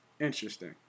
Interesting